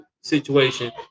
situation